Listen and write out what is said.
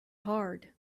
hard